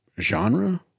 genre